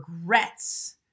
regrets